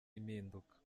impinduka